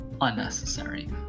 unnecessary